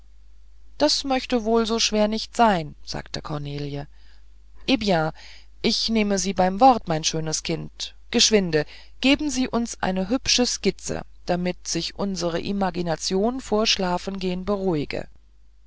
das möchte wohl so schwer nicht sein sagte cornelie eh bien ich nehme sie beim wort mein schönes kind geschwinde geben sie uns eine hübsche skizze damit sich unsere imagination vor schlafengehn beruhige